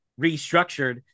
restructured